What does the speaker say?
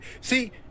see